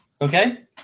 Okay